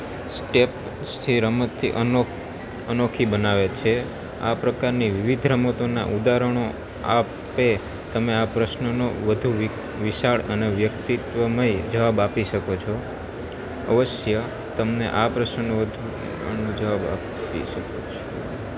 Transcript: સ્ટેપથી રમતથી અનોખી બનાવે છે આ પ્રકારની વિવિધ રમતોના ઉદારણો આપે તમે આ પ્રશ્નનો વધુ વિશાળ અને વ્યક્તિત્વમય જવાબ આપી શકો છો અવશ્ય તમને આ પ્રશ્નનો આનો જવાબ આપી શકો છો